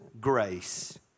grace